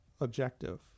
objective